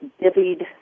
divvied